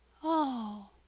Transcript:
oh!